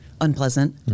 unpleasant